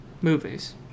Movies